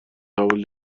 قبول